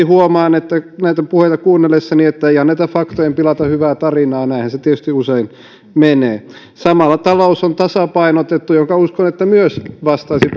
huomaan näitä puheita kuunnellessani että ei anneta faktojen pilata hyvää tarinaa näinhän se tietysti usein menee samalla talous on tasapainotettu ja uskon että se myös vastaisi